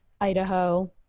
idaho